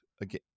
again